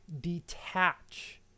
detach